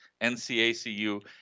NCACU